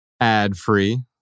ad-free